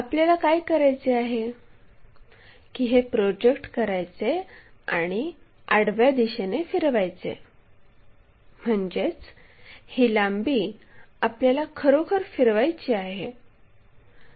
आपल्याला काय करायचे आहे की हे प्रोजेक्ट करायचे आणि आडव्या दिशेने फिरवायचे म्हणजेच ही लांबी आपल्याला खरोखर फिरवायची आहे